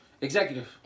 Executive